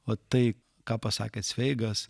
o tai ką pasakė cveigas